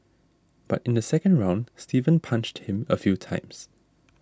but in the second round Steven punched him a few times